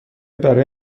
برای